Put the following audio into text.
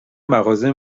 مغازه